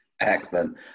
Excellent